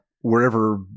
wherever